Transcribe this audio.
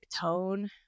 tone